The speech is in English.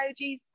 emojis